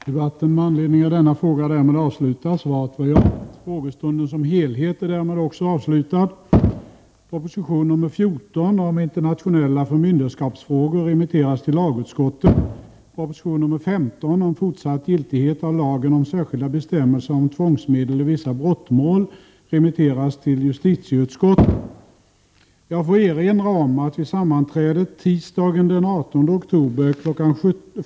Jag får erinra om att vid sammanträdet tisdagen den 18 oktober kl.